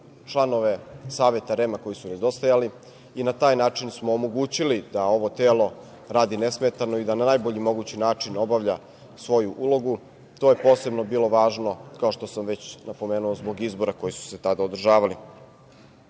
članove Saveta REM-a koji su nedostajali i na taj način smo omogućili da ovo telo radi nesmetano i da na najbolji mogući način obavlja svoju ulogu. To je posebno bilo važno, kao što sam već napomenuo, zbog izbora koji su se tada održavali. Inače,